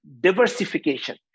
diversification